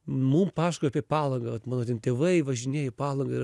mum pasakoja apie palangą vat mano ten tėvai važinėjo į palangą ir